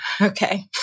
Okay